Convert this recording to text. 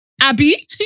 Abby